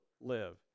Live